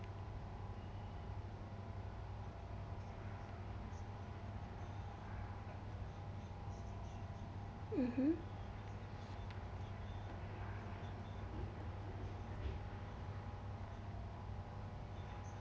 mmhmm